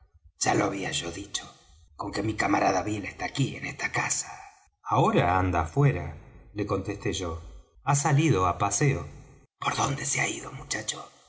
ya lo había yo dicho con que mi camarada bill está aquí en esta casa ahora anda fuera le contesté yo ha salido á paseo por dónde se ha ido muchacho